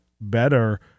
better